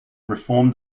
reformed